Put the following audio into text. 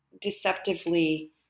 deceptively